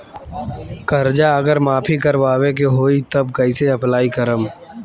कर्जा अगर माफी करवावे के होई तब कैसे अप्लाई करम?